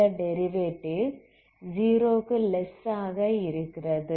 இந்த டெரிவேடிவ் 0 க்கு லெஸ் ஆக இருக்கிறது